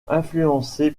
influencé